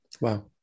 Wow